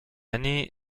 année